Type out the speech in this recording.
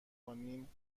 کنیم